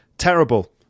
terrible